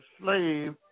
slave